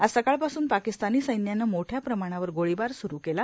आज सकाळपासून पाकिस्तानी सैन्यानं मोठ्या प्रमाणावर गोळीबार स्रू केला